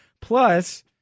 plus